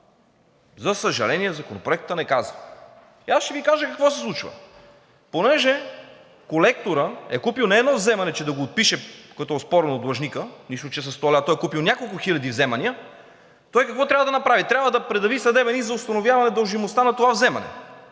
за съжаление, Законопроектът не казва. Ще Ви кажа какво се случва. Понеже колекторът е купил не едно вземане, че да го отпише като оспорвано от длъжника – нищо, че са 100 лв., защото е купил няколко хиляди вземания и той какво трябва да направи?! Трябва да предяви съдебен иск за установяване на дължимостта на това вземане